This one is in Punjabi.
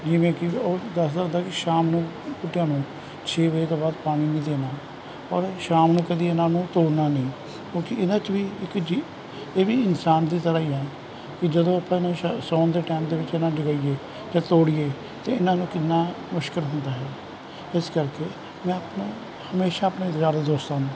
ਜਿਵੇਂ ਕਿ ਉਹ ਦਸਦਾ ਹੁੰਦਾ ਕਿ ਸ਼ਾਮ ਨੂੰ ਬੂਟਿਆਂ ਨੂੰ ਛੇ ਵਜੇ ਤੋਂ ਬਾਅਦ ਪਾਣੀ ਨਹੀ ਦੇਣਾ ਔਰ ਸ਼ਾਮ ਨੂੰ ਕਦੀ ਉਹਨਾਂ ਨੂੰ ਤੋੜਨਾ ਨਹੀਂ ਕਿਉਂਕਿ ਇਹਨਾਂ 'ਚ ਵੀ ਇੱਕ ਜੀਅ ਇਹ ਵੀ ਇਨਸਾਨ ਦੀ ਤਰ੍ਹਾਂ ਹੀ ਹੈ ਜਦੋਂ ਆਪਨ ਇਹਨਾਂ ਨੂੰ ਸ਼ਾ ਸਾਉਣ ਦੇ ਟਾਈਮ ਦੇ ਵਿੱਚ ਇਹਨਾਂ ਨੂੰ ਜਗਾਈਏ ਤੋੜੀਏ ਤਾਂ ਇਹਨਾਂ ਨੂੰ ਕਿੰਨਾ ਮੁਸ਼ਕਲ ਹੁੰਦਾ ਹੈ ਇਸ ਕਰਕੇ ਮੈਂ ਆਪਣੇ ਹਮੇਸ਼ਾਂ ਆਪਣੇ ਯਾਰਾਂ ਦੋਸਤਾਂ ਨੂੰ